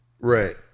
Right